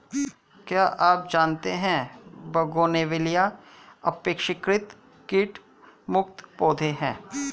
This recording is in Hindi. क्या आप जानते है बोगनवेलिया अपेक्षाकृत कीट मुक्त पौधे हैं?